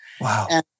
Wow